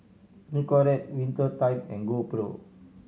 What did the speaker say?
Nicorette Winter Time and GoPro